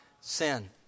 sin